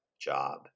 job